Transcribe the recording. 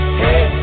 hey